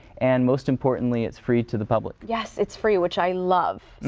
and most importantly, it's free to the public. yes, it's free, which i love.